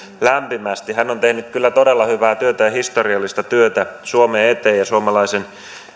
lämpimästi hän on tehnyt kyllä todella hyvää työtä ja historiallista työtä suomen eteen ja suomalaisen